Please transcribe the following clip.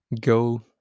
go